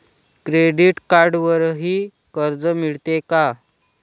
Credit कार्डवरही कर्ज मिळते का?